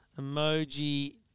Emoji